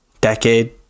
decade